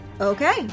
okay